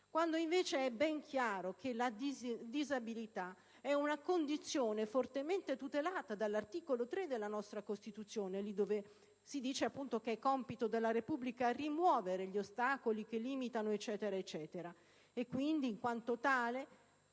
quando invece è ben chiaro che la disabilità è una condizione fortemente tutelata dall'articolo 3 della nostra Costituzione, laddove si dice che «È compito della Repubblica rimuovere gli ostacoli di ordine economico e sociale... ». Quindi, in quanto tale,